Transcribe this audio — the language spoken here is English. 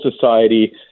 society